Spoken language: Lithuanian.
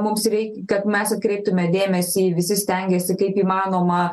mums reik kad mes kreiptume dėmesį visi stengiasi kaip įmanoma